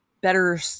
better